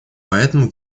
поэтому